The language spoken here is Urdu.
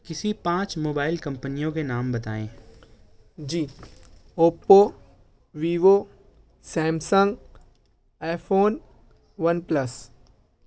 کسی پانچ موبائل کمپنیوں کے نام بتائیں جی Oppo Vivo Samsung iPhone one plus